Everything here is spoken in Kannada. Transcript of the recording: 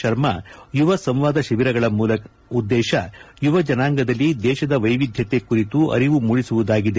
ಶರ್ಮಾ ಯುವ ಸಂವಾದ ಶಿಬಿರಗಳ ಮೂಲ ಉದ್ದೇಶ ಯುವ ಜನಾಂಗದಲ್ಲಿ ದೇಶದ ವೈವಿಧ್ಯತೆ ಕುರಿತು ಅರಿವು ಮೂಡಿಸುವುದಾಗಿದೆ ಎಂದರು